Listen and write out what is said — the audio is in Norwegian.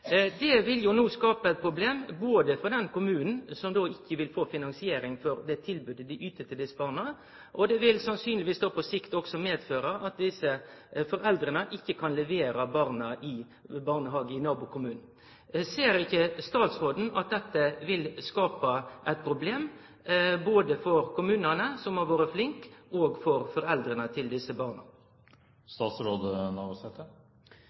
ikkje vil få finansiering for det tilbodet dei yter til desse barna, og sannsynlegvis òg på sikt medføre at desse foreldra ikkje kan levere barna i barnehage i nabokommunen. Ser ikkje statsråden at dette vil skape eit problem både for kommunane som har vore flinke, og for foreldra til desse